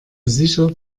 sicher